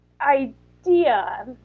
idea